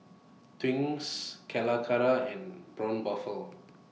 Twinings Calacara and Braun Buffel